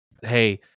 hey